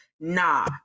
Nah